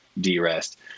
de-rest